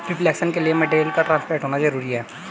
reflection के लिए material का ट्रांसपेरेंट होना जरूरी है